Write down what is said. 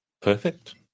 Perfect